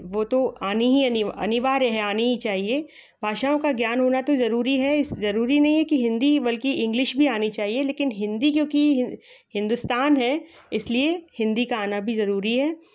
वो तो आनी ही अनि अनिवार्य है आनी ही चाहिए भाषाओं का ज्ञान होना तो ज़रूरी है इस ज़रूरी नहीं है की हिन्दी ही बल्कि इंग्लिस भी आनी चाहिए लेकिन हिन्दी क्योंकि हिं हिंदुस्तान है इस लिए हिन्दी का आना भी ज़रूरी है